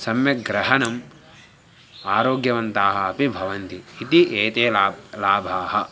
सम्यक् ग्रहणम् आरोग्यवन्ताः अपि भवन्ति इति एते लाभः लाभाः